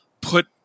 put